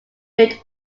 built